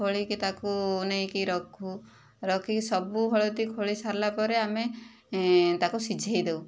ଖୋଲିକି ତାକୁ ନେଇକି ରଖୁ ରଖିକି ସବୁ ହଳଦୀ ଖୋଳି ସାରିଲା ପରେ ଆମେ ତାକୁ ସିଝାଇ ଦେଉ